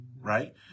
right